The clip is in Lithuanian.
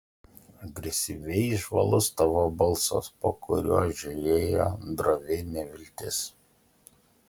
agresyviai žvalus tavo balsas po kuriuo žiojėjo drovi neviltis